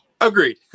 agreed